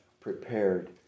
prepared